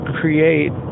create